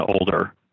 older